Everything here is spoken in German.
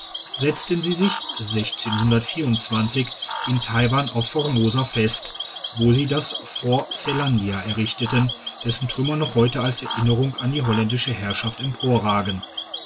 setzten sie sich in taiwan auf formosa fest wo sie das fort zelandia errichteten dessen trümmer noch heute als erinnerung an die holländische herrschaft